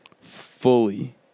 fully